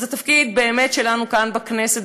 אז התפקיד שלנו כאן בכנסת,